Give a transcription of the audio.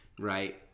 right